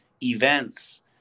events